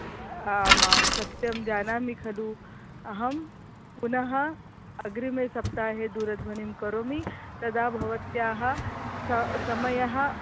आमां सत्यं जानामि खलु अहं पुनः अग्रिमे सप्ताहे दूरध्वनिं करोमि तदा भवत्याः सः समयः